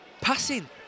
passing